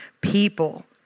people